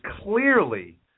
clearly